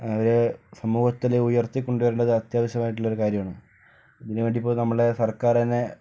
അവരെ സമൂഹത്തിൽ ഉയർത്തിക്കൊണ്ടു വരേണ്ടത് അത്യാവശ്യമായിട്ടുള്ള ഒരു കാര്യമാണ് അതിനു വേണ്ടി ഇപ്പോൾ നമ്മളുടെ സർക്കാർ തന്നെ